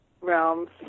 realms